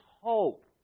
hope